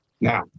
Now